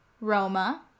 Roma